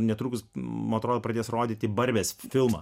netruks man atrodo pradės rodyti barbės filmą